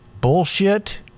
bullshit